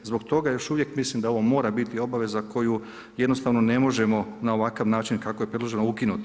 Zbog toga još uvijek mislim da ovo mora biti obaveza koju jednostavno ne možemo na ovakav način kako je predloženo ukinuti.